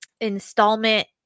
installment